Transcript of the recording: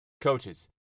Coaches